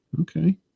okay